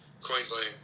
Queensland